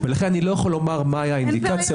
לכן איני יכול לומר מה היה האינדיקציה.